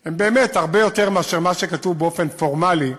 זה באמת הרבה יותר מאשר מה שכתוב באופן פורמלי.